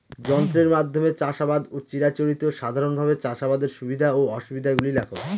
যন্ত্রের মাধ্যমে চাষাবাদ ও চিরাচরিত সাধারণভাবে চাষাবাদের সুবিধা ও অসুবিধা গুলি লেখ?